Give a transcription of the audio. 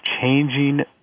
changing